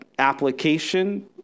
application